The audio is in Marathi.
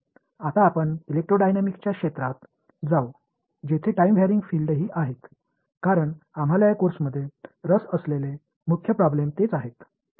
आता आपण इलेक्ट्रोडायनामिक्सच्या क्षेत्रात जाऊ जेथे टाइम वॅरिंग फिल्डही आहे कारण आम्हाला या कोर्समध्ये रस असलेले मुख्य प्रॉब्लेम तेच आहेत